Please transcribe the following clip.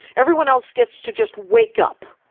everyone else gets to just wake up.